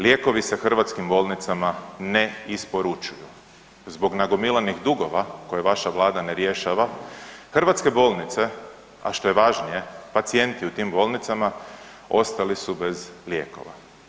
Lijekovi se hrvatskim bolnicama ne isporučuju zbog nagomilanih dugova koje vaša Vlada ne rješava, hrvatske bolnice, a što je važnije, pacijenti u tim bolnicama ostali su bez lijekova.